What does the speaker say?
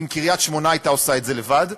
אם קריית-שמונה הייתה עושה את זה לבד.